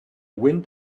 wind